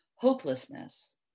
hopelessness